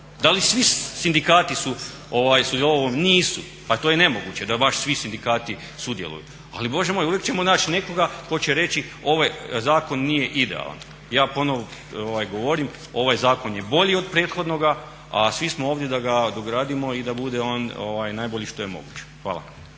Da li svi sindikati su sudjelovali u ovom? Nisu. Pa to je nemoguće da baš svi sindikati sudjeluju. Ali bože moj, uvijek ćemo naći nekoga tko će reći ovaj zakon nije idealan. Ja ponovno govorim ovaj zakon je bolji od prethodnoga, a svi smo ovdje da ga dogradimo i da bude on najbolji što je moguć. Hvala.